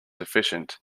efficient